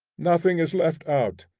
nothing is left out.